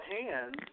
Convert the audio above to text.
hands